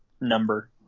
number